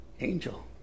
angel